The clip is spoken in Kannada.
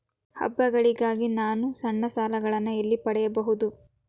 ಹಬ್ಬಗಳಿಗಾಗಿ ನಾನು ಸಣ್ಣ ಸಾಲಗಳನ್ನು ಎಲ್ಲಿ ಪಡೆಯಬಹುದು?